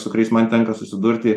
su kuriais man tenka susidurti